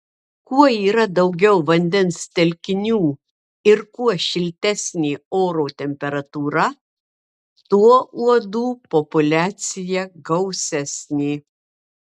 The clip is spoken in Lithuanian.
kuo yra daugiau vandens telkinių ir kuo šiltesnė oro temperatūra tuo uodų populiacija gausesnė